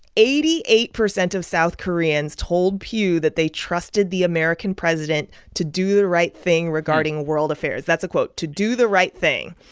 eighty eight percent of south koreans told pew that they trusted the american president to do the right thing regarding world affairs. that's a quote to do the right thing.